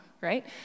right